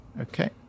Okay